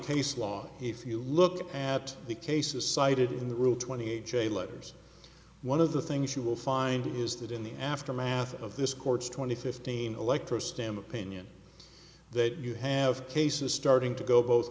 case law if you look at the cases cited in the rule twenty eight j letters one of the things you will find is that in the aftermath of this court's twenty fifteen electra stem opinion that you have cases starting to go both